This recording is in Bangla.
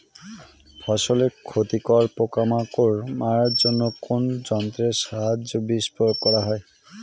ফসলের ক্ষতিকর পোকামাকড় মারার জন্য কোন যন্ত্রের সাহায্যে বিষ প্রয়োগ করা হয়?